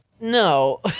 no